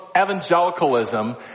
evangelicalism